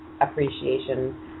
appreciation